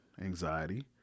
anxiety